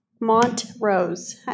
Montrose